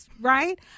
right